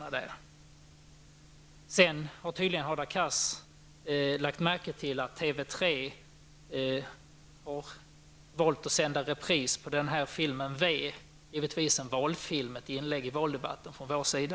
Hadar Cars har tydligen lagt märke till att TV 3 har valt att sända repris på filmen V. Det är givetvis en valfilm, ett inlägg i valdebatten från vår sida.